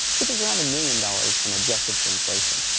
which is around a million dollars when adjusted for inflation.